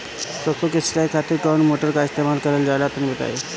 सरसो के सिंचाई खातिर कौन मोटर का इस्तेमाल करल जाला तनि बताई?